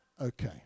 Okay